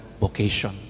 vocation